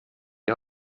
die